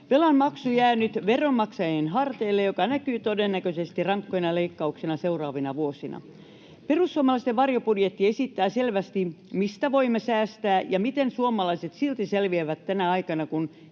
Velanmaksu jää nyt veronmaksajien harteille, mikä näkyy todennäköisesti rankkoina leikkauksina seuraavina vuosina. Perussuomalaisten varjobudjetti esittää selvästi, mistä voimme säästää ja miten suomalaiset silti selviävät tänä aikana,